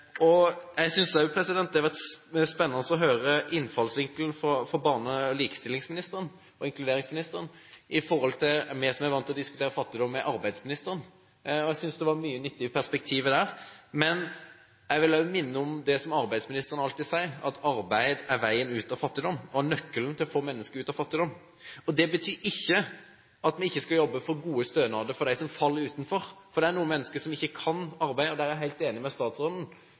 Jeg synes også det har vært spennende å høre innfallsvinkelen til barne-, likestillings- og inkluderingsministeren, for vi er vant til å diskutere fattigdom med arbeidsministeren. Jeg synes det var mange nyttige perspektiver der. Men jeg vil minne om det arbeidsministeren alltid sier: Arbeid er veien ut av fattigdom og nøkkelen til å få mennesker ut av den. Det betyr ikke at vi ikke skal jobbe for gode stønader for dem som faller utenfor, for det er noen mennesker som ikke kan arbeide. Jeg er helt enig med statsråden